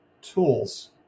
tools